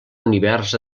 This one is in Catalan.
univers